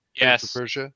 Yes